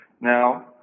Now